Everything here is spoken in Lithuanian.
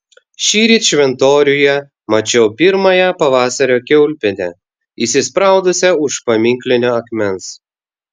šįryt šventoriuje mačiau pirmąją pavasario kiaulpienę įsispraudusią už paminklinio akmens